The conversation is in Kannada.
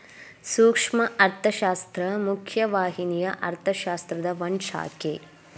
ಸೂಕ್ಷ್ಮ ಅರ್ಥಶಾಸ್ತ್ರ ಮುಖ್ಯ ವಾಹಿನಿಯ ಅರ್ಥಶಾಸ್ತ್ರದ ಒಂದ್ ಶಾಖೆ